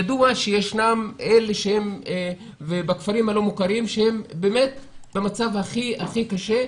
ידוע שאלה שנמצאים בכפרים הלא מוכרים הם במצב הכי קשה.